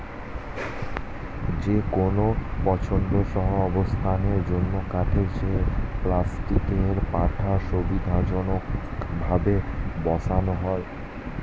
যেকোনো পছন্দসই অবস্থানের জন্য কাঠের চেয়ে প্লাস্টিকের পাটা সুবিধাজনকভাবে বসানো যায়